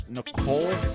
Nicole